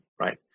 right